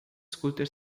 scooter